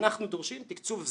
אנחנו דורשים תקצוב זהה.